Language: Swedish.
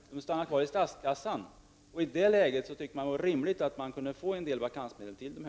Medlen stannar därför i statskassan. I det läget vore det rimligt att dessa distrikt kunde få del av vakansmedlen.